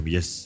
Yes